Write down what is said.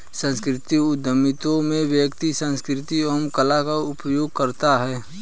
सांस्कृतिक उधमिता में व्यक्ति संस्कृति एवं कला का उपयोग करता है